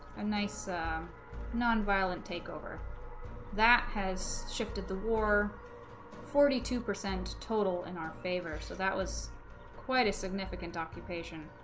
um nice um nonviolent takeover that has shifted the war forty two percent total in our favor so that was quite a significant occupation